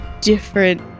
different